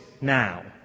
Now